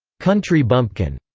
country bumpkin,